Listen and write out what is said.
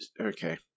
okay